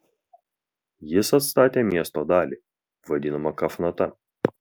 jis atstatė miesto dalį vadinamą kafnata